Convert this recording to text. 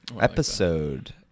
Episode